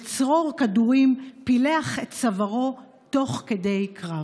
וצרור כדורים פילח את צווארו תוך כדי קרב.